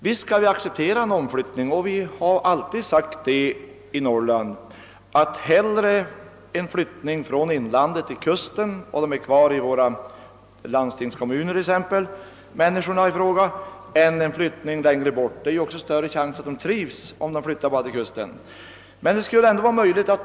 Vi skall visst acceptera en omflyttning, men vi har alltid i Norrland hellre sett att människorna flyttat från inlandet till kusten, så att de stannar kvar inom respektive landstingskommuner, än att de flyttar längre bort.